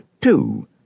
two